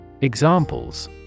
Examples